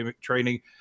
training